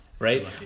Right